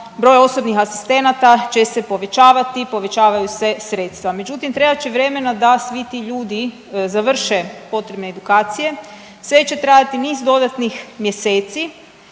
broj osobnih asistenata će se povećavati, povećavaju se sredstva. Međutim, trebat će vremena da svi ti ljudi završe potrebne edukacije, sve će trajati niz dodatnih mjeseci,